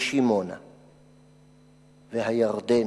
ישימונה.// והירדן,